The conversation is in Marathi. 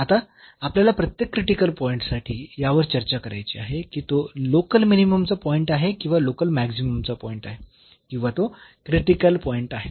आता आपल्याला प्रत्येक क्रिटिकल पॉईंट साठी यावर चर्चा करायची आहे की तो लोकल मिनिममचा पॉईंट आहे किंवा लोकल मॅक्सिममचा पॉईंट आहे किंवा तो क्रिटिकल पॉईंट आहे